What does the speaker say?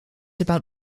about